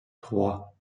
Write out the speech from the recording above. trois